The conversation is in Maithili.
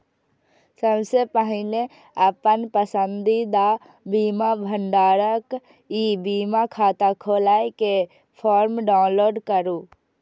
सबसं पहिने अपन पसंदीदा बीमा भंडारक ई बीमा खाता खोलै के फॉर्म डाउनलोड करू